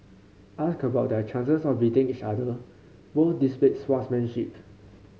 asked about their chances of beating each other both displayed sportsmanship